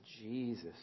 Jesus